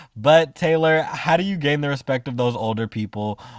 but, taylor, how do you gain the respect of those older people?